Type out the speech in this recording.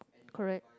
correct